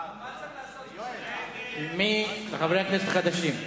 מה צריך לעשות, חברי הכנסת החדשים,